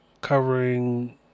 covering